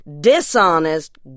dishonest